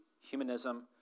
humanism